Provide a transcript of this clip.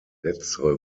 letztere